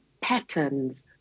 patterns